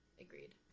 Agreed